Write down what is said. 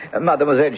Mademoiselle